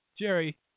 Jerry